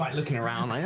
looking around